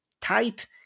tight